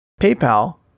PayPal